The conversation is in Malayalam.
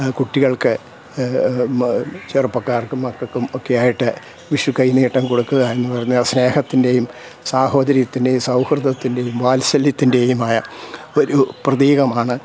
കുട്ടികൾക്ക് ചെറുപ്പക്കാർക്കും മക്കൾക്കും ഒക്കെയായിട്ട് വിഷുക്കൈനീട്ടം കൊടുക്കുകയെന്നുപറഞ്ഞാ സ്നേഹത്തിൻ്റേയും സഹോദര്യത്തിൻ്റേയും സൗഹൃദത്തിൻ്റേയും വാത്സല്യത്തിൻ്റേതുമായ ഒരു പ്രതീകമാണ്